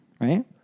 right